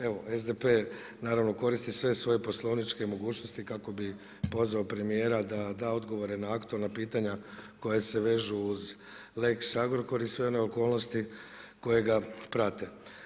Evo SDP naravno koristi sve svoje poslovničke mogućnosti kako bi pozvao premijera da da odgovore na aktualna pitanja koja se vežu uz lex Agrokor i sve one okolnosti koje ga prate.